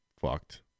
fucked